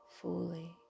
fully